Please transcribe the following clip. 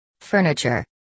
Furniture